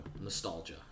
Nostalgia